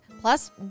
plus